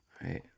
Right